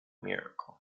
miracle